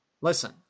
Listen